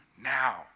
now